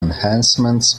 enhancements